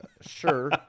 Sure